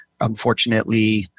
unfortunately